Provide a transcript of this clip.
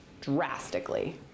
drastically